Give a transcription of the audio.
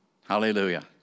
Hallelujah